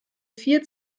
vier